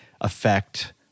affect